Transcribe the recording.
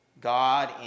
God